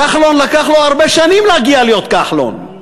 כחלון, לקח לו הרבה שנים להגיע להיות כחלון,